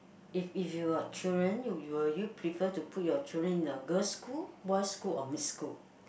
if if you got children you will you prefer to put your children in a girls school boys school or mixed school